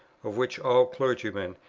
of which all clergymen,